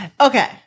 okay